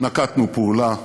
נקטנו פעולה,